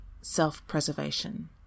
self-preservation